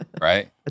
right